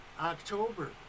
October